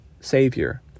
Savior